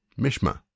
Mishma